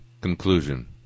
conclusion